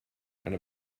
and